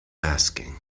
asking